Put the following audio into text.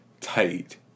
tight